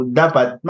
dapat